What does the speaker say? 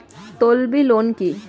তলবি ঋণ কি?